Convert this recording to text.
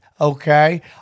Okay